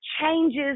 changes